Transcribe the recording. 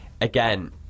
again